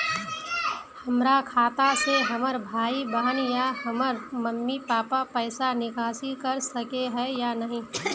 हमरा खाता से हमर भाई बहन या हमर मम्मी पापा पैसा निकासी कर सके है या नहीं?